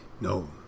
no